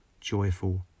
joyful